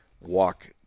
walk